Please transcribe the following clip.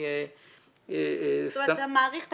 אתה מאריך את